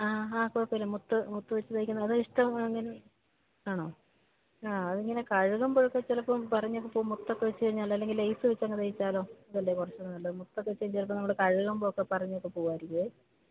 ആ ഹാ കുഴപ്പമില്ല മുത്ത് മുത്ത് വെച്ച് തയ്ക്കുന്നത് അത് ഇഷ്ടമാണെങ്കിൽ ആണോ ആ അതിങ്ങനെ കഴുകുമ്പോഴൊക്കെ ചിലപ്പോള് പറിഞ്ഞൊക്കെ പോകും മുത്തൊക്കെ വെച്ചുകഴിഞ്ഞാല് അല്ലെങ്കില് ലെയ്സ് വെച്ചങ്ങ് തയ്ച്ചാലോ അതല്ലേ കുറച്ചുകൂടെ നല്ലത് മുത്തൊക്കെ വച്ചാല് ചിലപ്പോള് നമ്മള് കഴുകുമ്പോക്കെ പറിഞ്ഞൊക്കെ പോകുമായിരിക്കും